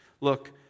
Look